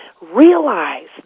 realize